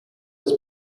des